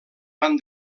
van